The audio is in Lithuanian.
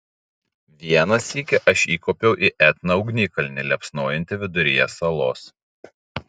vieną sykį aš įkopiau į etną ugnikalnį liepsnojantį viduryje salos